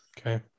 okay